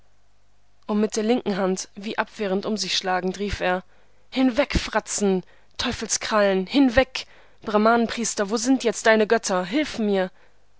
und mit der linken hand wie abwehrend um sich schlagend rief er hinweg fratzen teufelskrallen hinweg brahmanen priester wo sind jetzt deine götter hilf mir